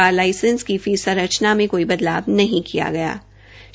बार licence की फीस संरचना में कोई बदलाव नहीं किया गया है